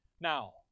Now